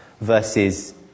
versus